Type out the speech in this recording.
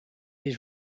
his